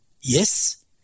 Yes